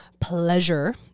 pleasure